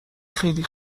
خیلی